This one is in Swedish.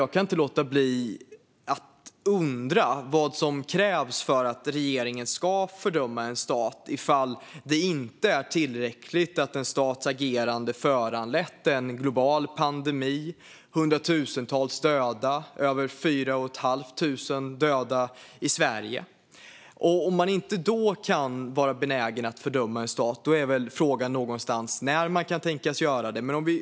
Jag kan inte låta bli att undra vad som krävs för att regeringen ska fördöma en stat om det inte är tillräckligt att en stats agerande föranlett en global pandemi, hundratusentals döda och över fyra och ett halvt tusen döda i Sverige. Om man då inte är benägen att fördöma en stat är väl frågan när man kan tänkas göra det.